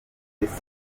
benshi